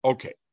Okay